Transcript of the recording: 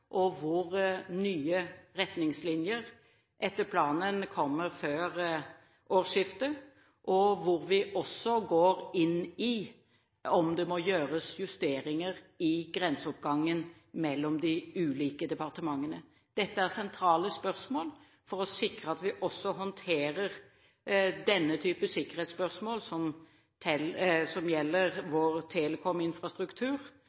etter planen før årsskiftet, og vi går også inn i om det må gjøres justeringer i grenseoppgangen mellom de ulike departementene. Dette er sentrale spørsmål for å sikre at vi også håndterer denne type sikkerhetsspørsmål som